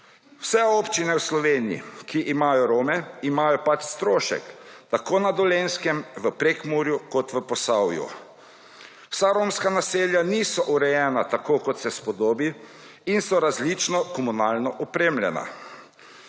Vse občine v Sloveniji, ki imajo Rome, imajo strošek, tako da dolenjskem, v Prekmurju kot v Posavju. Vsa romska naselja niso urejena tako kot se spodobi in so različno komunalno opremljena.